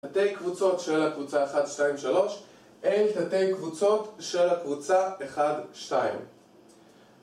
תתי קבוצות של הקבוצה 1,2,3 אל תתי קבוצות של הקבוצה 1,2